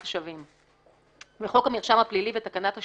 השבים 32. בחוק המרשם הפלילי ותקנת השבים,